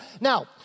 now